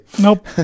Nope